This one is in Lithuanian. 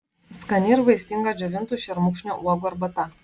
skani ir vaistinga džiovintų šermukšnio uogų arbata